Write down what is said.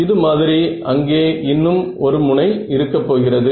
இது மாதிரி அங்கே இன்னும் ஒரு முனை இருக்க போகிறது